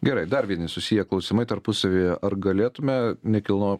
gerai dar vieni susiję klausimai tarpusavyje ar galėtume nekilno